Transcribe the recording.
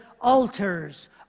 Altars